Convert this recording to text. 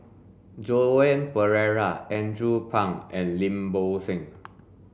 Joan Pereira Andrew Phang and Lim Bo Seng